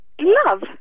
Love